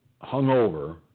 hungover